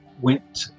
went